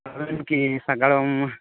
ᱟᱹᱵᱤᱱ ᱠᱤ ᱥᱟᱜᱟᱲᱚᱢ